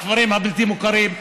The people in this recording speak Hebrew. הכפרים הבלתי-מוכרים.